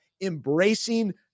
embracing